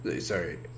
sorry